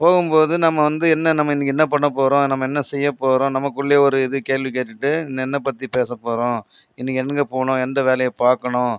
போகும் போது நம்ம வந்து என்ன நம்ம இன்றைக்கு என்ன பண்ண போகிறோம் நம்ம என்ன செய்யப் போகிறோம் நம்மக்குள்ளயே ஒரு இது கேள்வி கேட்டுட்டு என்ன பற்றி பேசப்போகிறம் இன்றைக்கு எங்கே போணும் எந்த வேலையை பார்க்கணும்